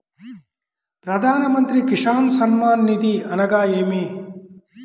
ప్రధాన మంత్రి కిసాన్ సన్మాన్ నిధి అనగా ఏమి?